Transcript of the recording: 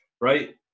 Right